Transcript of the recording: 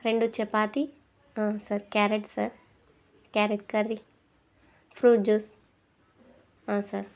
రెండు chapati sir carrot sir carrot curry fruit juice sir